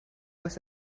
was